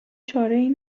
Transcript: چارهای